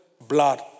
blood